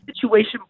situation